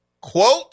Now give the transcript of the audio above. quote